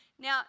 Now